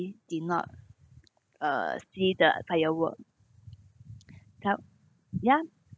did not uh see the firework ya